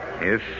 Yes